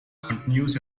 continues